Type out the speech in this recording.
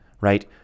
right